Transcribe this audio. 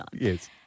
Yes